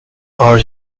are